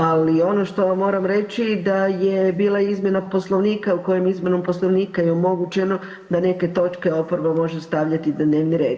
Ali ono što vam moram reći da je bila izmjena Poslovnika kojom izmjenom Poslovnika je omogućeno da neke točke oporba može stavljati na dnevni red.